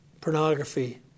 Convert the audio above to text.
Pornography